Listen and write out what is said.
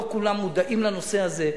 לא כולם מודעים לנושא הזה.